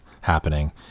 happening